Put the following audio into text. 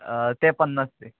ते पन्नास दी